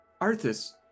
Arthas